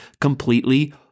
completely